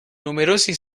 numerosi